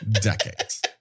decades